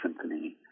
symphony